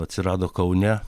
atsirado kaune